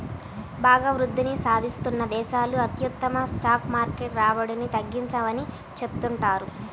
బాగా వృద్ధిని సాధిస్తున్న దేశాలు అత్యుత్తమ స్టాక్ మార్కెట్ రాబడిని అందించవని చెబుతుంటారు